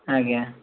ଆଜ୍ଞା